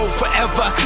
forever